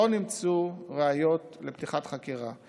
לא נמצאו ראיות לפתיחת חקירה.